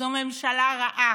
זו ממשלה רעה.